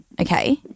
okay